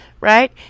Right